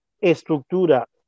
estructura